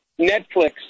Netflix